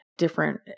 different